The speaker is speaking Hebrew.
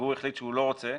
והוא החליט שהוא לא רוצה,